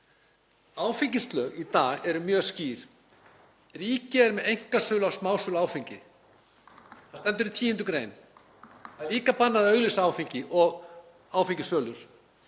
Áfengislög í dag eru mjög skýr. Ríkið er með einkasölu á smásölu á áfengi. Það stendur í 10. gr. Það er líka bannað að auglýsa áfengi og áfengissölur.